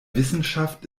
wissenschaft